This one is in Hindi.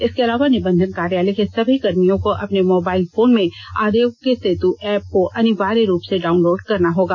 इसके अलावा निबंधन कार्यालय के सभी कर्मियों को अपने मोबाइल फोन में आरोग्य सेतु एप्प को अनिवार्य रूप से डाउनलोड करना होगा